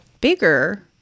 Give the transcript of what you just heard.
bigger